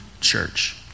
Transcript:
church